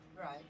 right